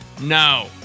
No